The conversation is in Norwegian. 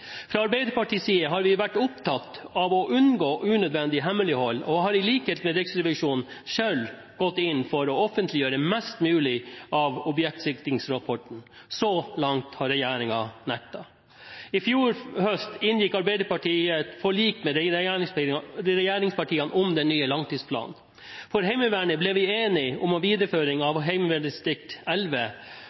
Fra Arbeiderpartiets side har vi vært opptatt av å unngå unødvendig hemmelighold og har i likhet med Riksrevisjonen selv gått inn for å offentliggjøre mest mulig av objektsikringsrapporten. Så langt har regjeringen nektet. I fjor høst inngikk Arbeiderpartiet et forlik med regjeringspartiene om den nye langtidsplanen. For Heimevernet ble vi enige om videreføring av